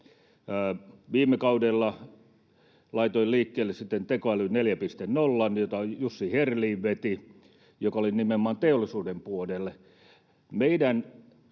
Viime kaudella laitoin liikkeelle sitten Tekoäly 4.0:n, jota Jussi Herlin veti ja joka oli nimenomaan teollisuuden puolelle.